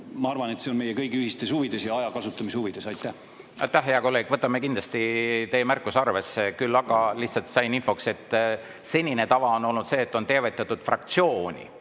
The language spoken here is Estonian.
Ma arvan, et see on meie kõigi ühistes huvides ja aja kasutamise huvides. Aitäh, hea kolleeg! Võtame kindlasti teie märkuse arvesse. Küll aga, lihtsalt sain infot, on senine tava olnud see, et on teavitatud fraktsiooni